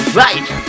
right